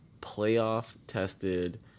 playoff-tested